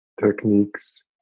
techniques